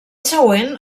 següent